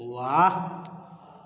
वाह